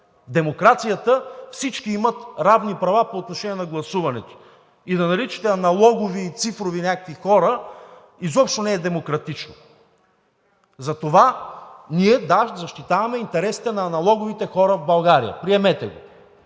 демокрацията всички имат равни права по отношение на гласуването. Да наричате аналогови и цифрови някакви хора, изобщо не е демократично! Затова ние – да, защитаваме интересите на аналоговите хора в България! Приемете го!